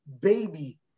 baby